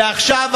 ועכשיו,